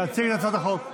להציג את הצעת החוק.